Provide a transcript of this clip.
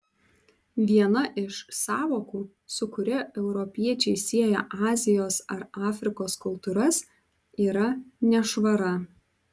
viena iš sąvokų su kuria europiečiai sieja azijos ar afrikos kultūras yra nešvara